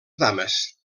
dames